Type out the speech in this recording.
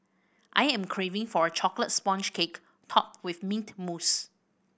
I am craving for a chocolate sponge cake topped with mint mousse